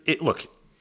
Look